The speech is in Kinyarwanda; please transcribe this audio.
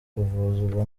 kuvuzwa